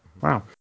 Wow